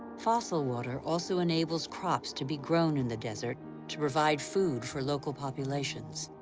fossil water also enables crops to be grown in the desert to provide food for local populations.